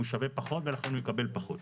הו שווה פחות ולכן הוא יקבל פחות.